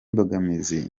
mbogamizi